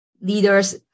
leaders